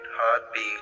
heartbeat